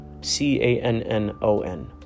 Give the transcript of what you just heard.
C-A-N-N-O-N